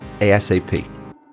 ASAP